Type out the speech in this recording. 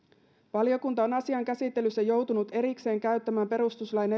valiokunta on asian käsittelyssä joutunut erikseen käyttämään perustuslain